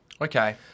Okay